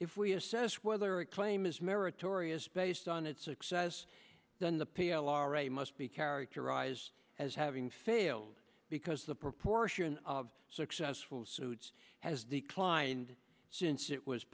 if we assess whether a claim is meritorious based on its success then the p l r a must be characterized as having failed because the proportion of successful suits has declined since it was